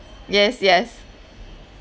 yes yes